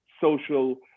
social